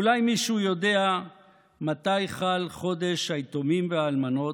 אולי מישהו יודע מתי חל חודש היתומים והאלמנות?